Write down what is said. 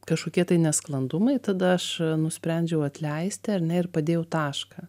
kažkokie nesklandumai tada aš nusprendžiau atleisti ar ne ir padėjau tašką